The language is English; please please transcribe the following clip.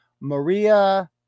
Maria